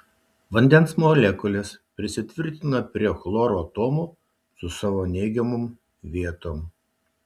vandens molekulės prisitvirtina prie chloro atomų su savo neigiamom vietom